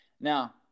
Now